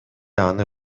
аны